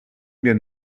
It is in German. mir